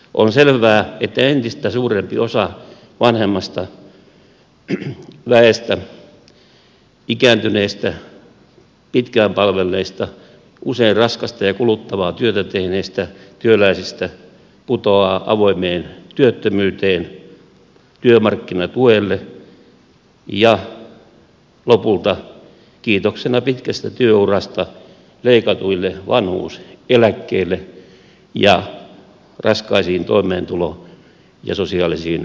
on selvää että entistä suurempi osa vanhemmasta väestä ikääntyneistä pitkään palvelleista usein raskasta ja kuluttavaa työtä tehneistä työläisistä putoaa avoimeen työttömyyteen työmarkkinatuelle ja lopulta kiitoksena pitkästä työurasta leikatuille vanhuuseläkkeille ja raskaisiin toimeentulo ja sosiaalisiin vaikeuksiin